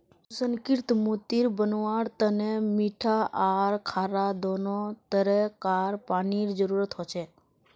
सुसंस्कृत मोती बनव्वार तने मीठा आर खारा दोनों तरह कार पानीर जरुरत हछेक